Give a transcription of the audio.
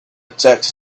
tax